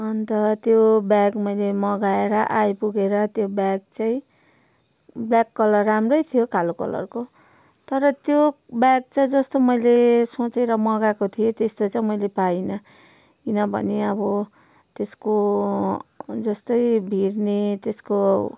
अन्त त्यो ब्याग मैले मगाएर आइपुगेर त्यो ब्याग चाहिँ ब्ल्याक कलर राम्रै थियो कालो कलरको तर त्यो ब्याग चाहिँ जस्तो मैले सोचेर मगाएको थिएँ त्यस्तो चाहिँ मैले पाइनँ किनभने अब त्यसको जस्तै भिर्ने त्यसको